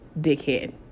dickhead